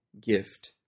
gift